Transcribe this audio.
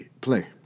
play